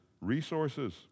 resources